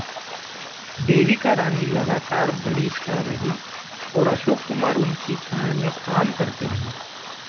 देविका रानी लगातार बड़ी स्टार रहीं और अशोक कुमार उनकी छाया में काम करते रहे